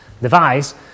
device